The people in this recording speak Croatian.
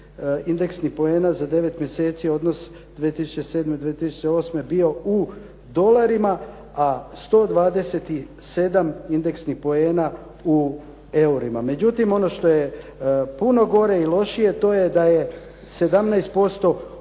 indeksnih poena za devet mjeseci odnos 2007. i 2008. bio u dolarima a 127 indeksnih poena u eurima. Međutim, ono što je puno gore i lošije to je da je 17% u